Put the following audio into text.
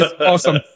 awesome